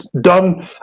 done